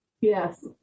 Yes